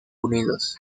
unidos